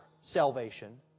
salvation